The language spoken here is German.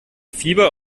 fieber